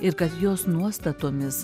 ir kad jos nuostatomis